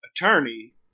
attorney